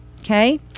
okay